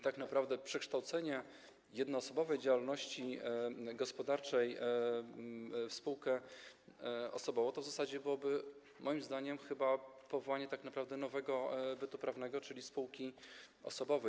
Tak naprawdę przekształcenie jednoosobowej działalności gospodarczej w spółkę osobową w zasadzie byłoby moim zdaniem chyba powołaniem nowego bytu prawnego, czyli spółki osobowej.